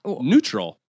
neutral